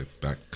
Back